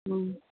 ꯎꯝ